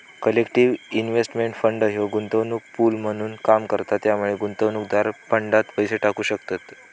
collective investment fund ह्यो गुंतवणूक pool म्हणून काम करता त्यामुळे गुंतवणूकदार फंडात पैसे टाकू शकतत